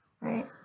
right